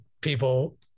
people